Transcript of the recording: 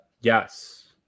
Yes